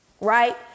right